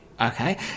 Okay